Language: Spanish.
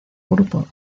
grupo